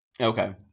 Okay